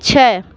छः